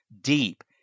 deep